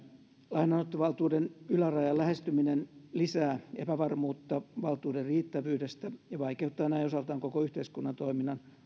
lainanottovaltuuden ylärajan lähestyminen lisää epävarmuutta valtuuden riittävyydestä ja vaikeuttaa näin osaltaan koko yhteiskunnan toiminnan